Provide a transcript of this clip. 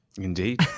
Indeed